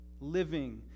living